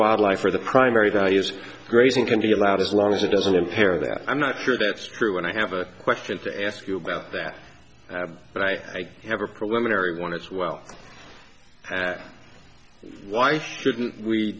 wildlife are the primary values grazing can be allowed as long as it doesn't impair that i'm not sure that's true and i have a question to ask you about that but i have a preliminary one it's well why shouldn't we